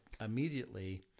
immediately